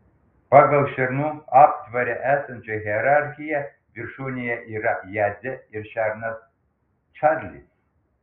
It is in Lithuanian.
pagal šernų aptvare esančią hierarchiją viršūnėje yra jadzė ir šernas čarlis